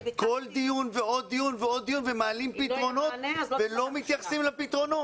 כל דיון ועוד דיון ועוד דיון ומעלים פתרונות ולא מתייחסים לפתרונות.